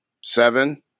Seven